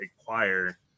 acquire